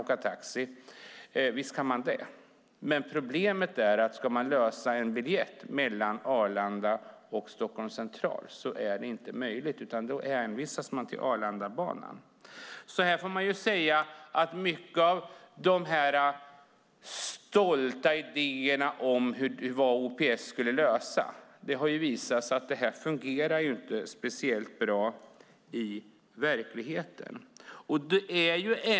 Men problemet är att det inte är möjligt att lösa tågbiljett mellan Arlanda och Stockholms central. Man hänvisas till Arlandabanan. De stolta idéerna om vad OPS skulle lösa har visat sig inte fungera speciellt bra i verkligheten.